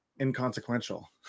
inconsequential